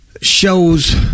shows